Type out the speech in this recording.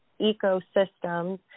ecosystems